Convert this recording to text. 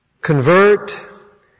Convert